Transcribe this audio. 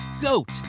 goat